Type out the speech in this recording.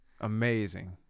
Amazing